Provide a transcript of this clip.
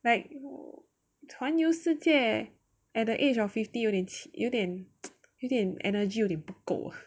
like 环游世界 at the age of fifty 有点有点有点 energy 有点不够